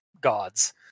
gods